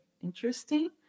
interesting